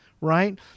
right